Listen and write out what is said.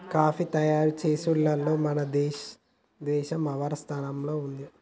coffee తయారు చేసుడులో మన దేసం ఆరవ స్థానంలో ఉంది